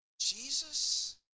Jesus